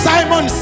Simon